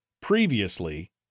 previously